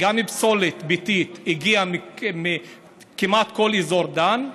פסולת ביתית הגיעה כמעט מכל אזור דן.